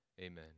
Amen